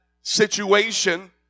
situation